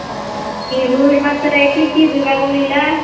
অ বিহুৰ পাছে কি কি যোগাৰ কৰিলা